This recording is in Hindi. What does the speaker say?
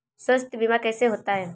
स्वास्थ्य बीमा कैसे होता है?